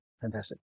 Fantastic